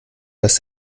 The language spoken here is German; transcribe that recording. das